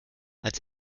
als